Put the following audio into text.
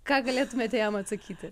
ką galėtumėte jam atsakyti